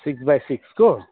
six by सिक्सको